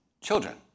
Children